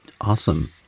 Awesome